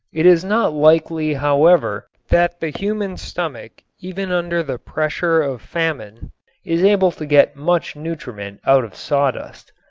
it is not likely, however, that the human stomach even under the pressure of famine is able to get much nutriment out of sawdust.